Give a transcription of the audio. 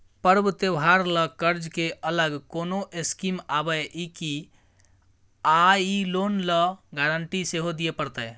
पर्व त्योहार ल कर्ज के अलग कोनो स्कीम आबै इ की आ इ लोन ल गारंटी सेहो दिए परतै?